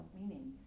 meaning